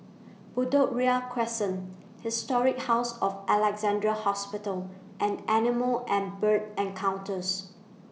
Bedok Ria Crescent Historic House of Alexandra Hospital and Animal and Bird Encounters